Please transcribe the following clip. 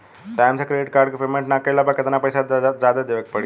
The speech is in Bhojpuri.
टाइम से क्रेडिट कार्ड के पेमेंट ना कैला पर केतना पईसा जादे देवे के पड़ी?